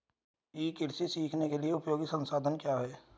ई कृषि सीखने के लिए उपयोगी संसाधन क्या हैं?